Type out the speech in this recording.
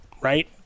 right